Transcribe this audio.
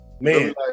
Man